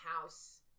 house